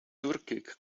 turkic